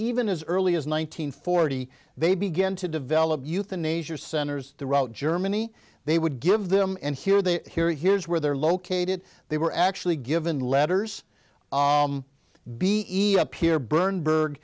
even as early as one nine hundred forty they began to develop euthanasias centers throughout germany they would give them and here they here here's where they're located they were actually given letters be appear burned berg